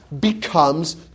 becomes